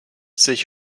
sich